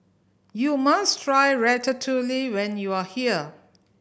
you must try Ratatouille when you are here